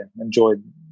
enjoyed